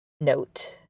note